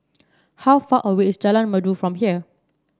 how far away is Jalan Merdu from here